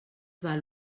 val